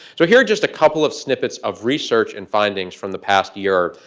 so here are just a couple of snippets of research and findings from the past year,